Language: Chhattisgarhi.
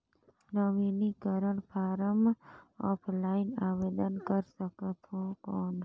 नवीनीकरण फारम ऑफलाइन आवेदन कर सकत हो कौन?